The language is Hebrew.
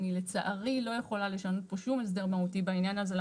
אני לצערי לא יכולה לשנות פה שום הסכם מהותי בעניין הזה.